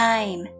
Time